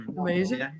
Amazing